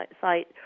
site